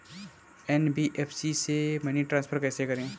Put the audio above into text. NBFC से money transfer कैसे करें?